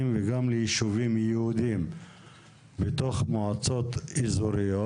וגם לישובים יהודים בתוך מועצות אזוריות.